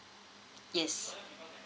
yes